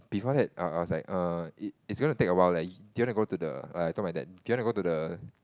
before that uh I was err it it's going to take a while leh do you want to go to the like I told my dad do you want to go to the